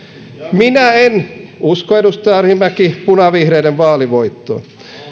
minä en usko edustaja arhinmäki punavihreiden vaalivoittoon